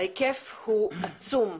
ההיקף הוא עצום,